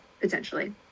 potentially